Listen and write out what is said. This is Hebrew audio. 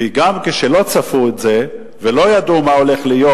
כי גם כשלא צפו את זה ולא ידעו מה הולך להיות,